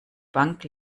bank